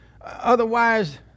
otherwise